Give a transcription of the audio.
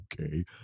Okay